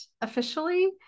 officially